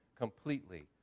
completely